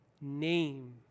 name